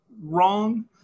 wrong